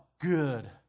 good